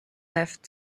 left